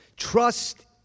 Trust